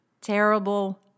terrible